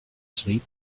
sleep